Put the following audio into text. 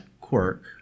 quirk